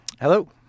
Hello